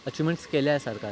achievements केल्या आहे सरकारने